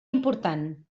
important